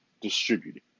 distributed